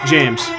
James